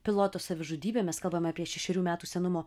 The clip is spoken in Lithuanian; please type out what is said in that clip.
piloto savižudybė mes kalbam apie šešerių metų senumo